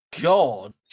god